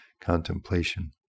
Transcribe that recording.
contemplation